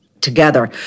together